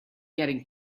getting